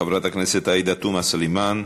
חברת הכנסת עאידה תומא סלימאן,